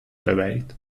ببرید